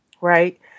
right